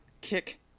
kick